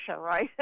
right